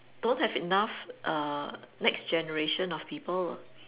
don't have enough uh next generation of people